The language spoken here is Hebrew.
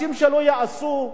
ואנחנו יודעים שאין,